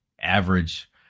average